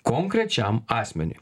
konkrečiam asmeniui